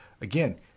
Again